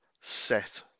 set